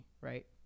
right